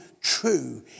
true